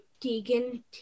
Tegan